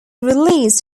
released